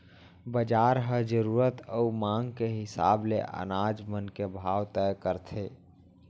बजार ह जरूरत अउ मांग के हिसाब ले अनाज मन के भाव तय करथे